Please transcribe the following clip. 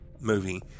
movie